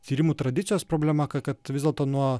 tyrimų tradicijos problema ka kad vis dėlto nuo